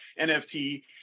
nft